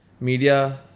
media